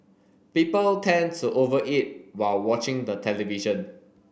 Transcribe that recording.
people tend to over eat while watching the television